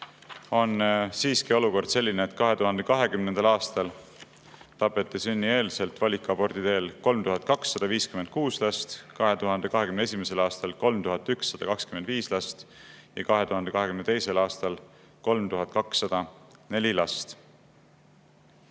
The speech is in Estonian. on siiski olukord selline, et 2020. aastal tapeti sünnieelselt valikabordi teel 3256 last, 2021. aastal 3125 last ja 2022. aastal 3204